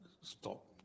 stop